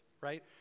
right